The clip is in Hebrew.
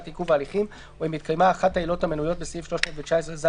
עיכוב ההליכים או אם התקיימה אחת העילות המנויות בסעיף 319ז(ב).